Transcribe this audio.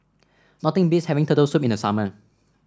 nothing beats having Turtle Soup in the summer